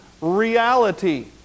reality